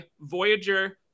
Voyager